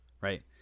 right